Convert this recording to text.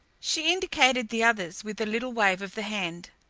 she indicated the others with a little wave of the hand.